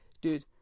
dude